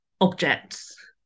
objects